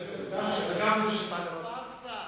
זה פארסה.